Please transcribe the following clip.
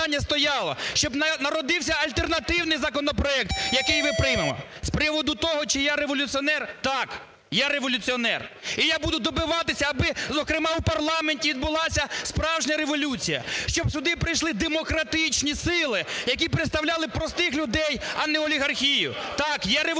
щоб народився альтернативний законопроект, який ми приймемо. З приводу того чи я революціонер? Так, я революціонер і я буду добиватися аби, зокрема, в парламенті відбулася справжня революція, щоб сюди прийшли демократичні сили, які б представляли простих людей, а не олігархію. Так, я революціонер,